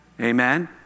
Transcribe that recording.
Amen